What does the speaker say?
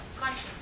Conscious